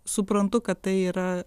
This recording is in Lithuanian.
suprantu kad tai yra